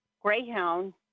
Greyhound